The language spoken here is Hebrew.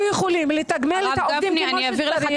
יכולים לתגמל את העובדים כמו שצריך,